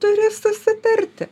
turi susitarti